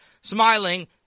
smiling